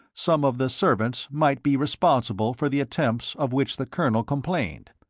some of the servants might be responsible for the attempts of which the colonel complained.